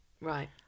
Right